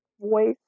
voice